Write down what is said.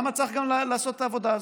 למה צריך גם לעשות את העבודה הזאת?